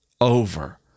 over